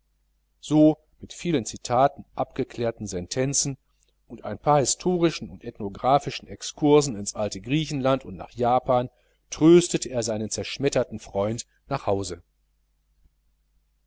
so mit vielen citaten abgeklärten sentenzen und ein paar historischen und ethnographischen excursen ins alte griechenland und nach japan tröstete er seinen zerschmetterten freund nach hause